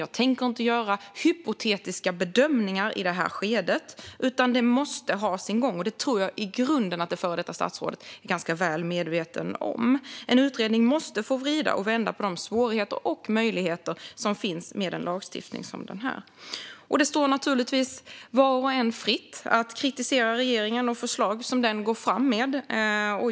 Jag tänker inte göra hypotetiska bedömningar i det här skedet, utan detta måste ha sin gång. Jag tror att det före detta statsrådet i grunden är ganska väl medveten om det. En utredning måste få vrida och vända på de svårigheter och möjligheter som finns med en lagstiftning som den här. Det står naturligtvis var och en fritt att kritisera regeringen och förslag som den går fram med.